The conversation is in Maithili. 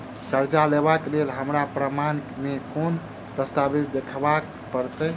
करजा लेबाक लेल हमरा प्रमाण मेँ कोन दस्तावेज देखाबऽ पड़तै?